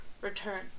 return